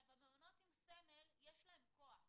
למעונות עם סמל יש כוח,